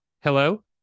Hello